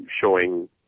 showing